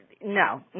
No